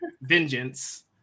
vengeance